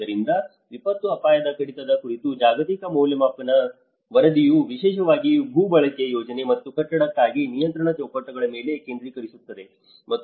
ಆದ್ದರಿಂದ ವಿಪತ್ತು ಅಪಾಯದ ಕಡಿತದ ಕುರಿತು ಜಾಗತಿಕ ಮೌಲ್ಯಮಾಪನ ವರದಿಯು ವಿಶೇಷವಾಗಿ ಭೂ ಬಳಕೆ ಯೋಜನೆ ಮತ್ತು ಕಟ್ಟಡಕ್ಕಾಗಿ ನಿಯಂತ್ರಕ ಚೌಕಟ್ಟುಗಳ ಮೇಲೆ ಕೇಂದ್ರೀಕರಿಸುತ್ತದೆ